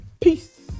Peace